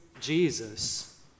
Jesus